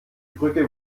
brücke